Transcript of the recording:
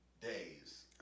days